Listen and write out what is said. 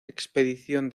expedición